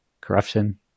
corruption